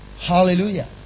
Hallelujah